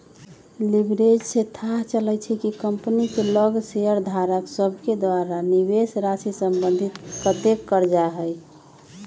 leverage से थाह चलइ छइ कि कंपनी के लग शेयरधारक सभके द्वारा निवेशराशि संबंधित कतेक करजा हइ